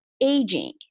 aging